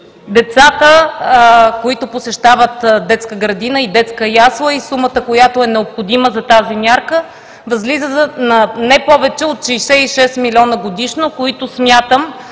децата, които посещават детска градина и детска ясла, и сумата, необходима за тази мярка възлизат на не повече от 66 млн.лв. годишно, които смятам,